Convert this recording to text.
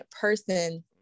person